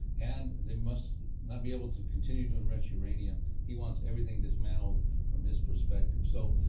and they must not be able to continue to enrich uranium he wants everything dismantled from his perspective. so,